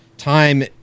time